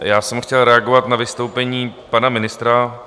Já jsem chtěl reagovat na vystoupení pana ministra.